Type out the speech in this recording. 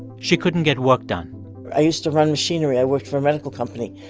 she couldn't get work done i used to run machinery. i worked for a medical company.